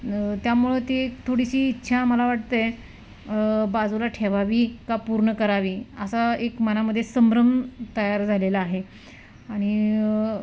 त्यामुळं ती एक थोडीशी इच्छा मला वाटतं बाजूला ठेवावी का पूर्ण करावी असा एक मनामध्ये संभ्रम तयार झालेला आहे आणि